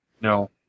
No